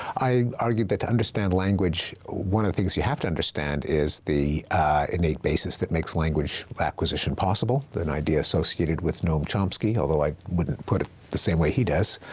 i argued that, to understand language, one of the things you have to understand is the innate basis that makes language acquisition possible, an idea associated with noam chomsky, although i wouldn't put it the same way he does.